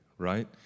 right